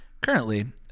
Currently